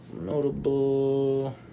notable